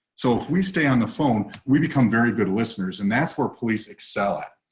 so if we stay on the phone, we become very good listeners and that's where police excel at,